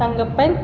Thankappan